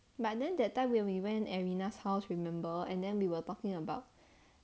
but then that time when we went arina's house remember and then we were talking about